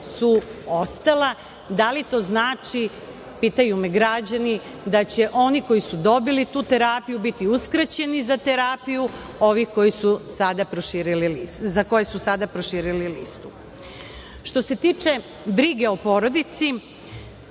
su ostala, da li to znači, pitaju me građani, da će oni koji su dobili tu terapiju biti uskraćeni za terapiju, ovi za koje su sada proširili listu? Što se tiče brige o porodici,